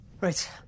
Right